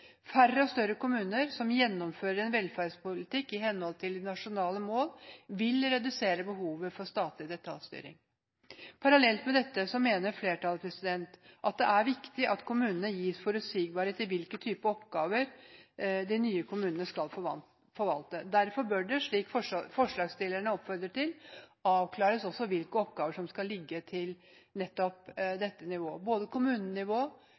Færre og større kommuner som gjennomfører en velferdspolitikk i henhold til nasjonale mål, vil redusere behovet for statlig detaljstyring. Parallelt med dette mener flertallet at det er viktig at kommunene gis forutsigbarhet i hvilke typer oppgaver de nye kommunene skal forvalte. Derfor bør det, slik forslagsstillerne oppfordrer til, avklares hvilke oppgaver som skal ligge til hvilket nivå – både kommunenivå,